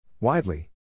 Widely